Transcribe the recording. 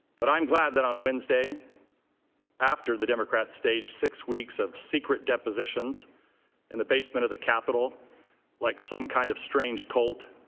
but i'm glad that on wednesday after the democrats staged six weeks of secret depositions in the basement of the capitol like some kind of strange cult